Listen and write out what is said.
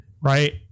right